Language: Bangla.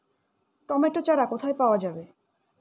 টমেটো চারা কোথায় পাওয়া যাবে?